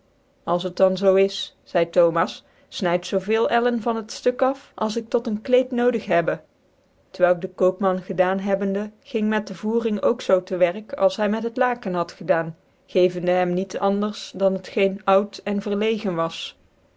als het dan zoo is geide thomas fneid zoo veel ellen van het luk af als ik tot een kleed nodig hebbe t'vvclk dc koopman gedaan hebbende ging met dc voering ook zoo tc werk alshy met het laken had gedaan gevende hem niet anders als het geen oud en verlegen was